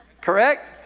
Correct